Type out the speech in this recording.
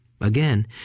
again